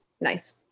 nice